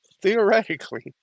Theoretically